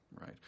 right